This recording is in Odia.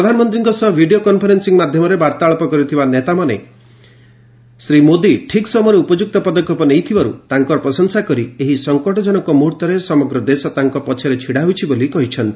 ପ୍ରଧାନମନ୍ତ୍ରୀଙ୍କ ସହ ଭିଡ଼ିଓ କନଫରେନ୍ସିଂ ମାଧ୍ୟମରେ ବାର୍ତ୍ତାଳାପ କରିଥିବା ନେତାମାନେ ଶ୍ରୀ ମୋଦୀ ଠିକ୍ ସମୟରେ ଉପଯୁକ୍ତ ପଦକ୍ଷେପ ନେଇଥିବାରୁ ତାଙ୍କର ପ୍ରଶଂସା କରି ଏହି ସଂକଟଜନକ ମୁହ୍ରର୍ତ୍ତରେ ସମଗ୍ର ଦେଶ ତାଙ୍କ ପଛରେ ଛିଡ଼ା ହୋଇଛି ବୋଲି କହିଛନ୍ତି